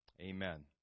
Amen